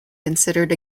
considered